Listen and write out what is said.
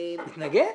מתנגד?